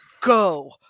go